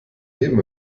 leben